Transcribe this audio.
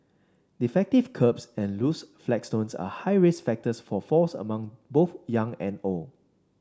defective kerbs and loose flagstones are high risk factors for falls among both young and old